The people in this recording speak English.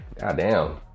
goddamn